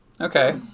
Okay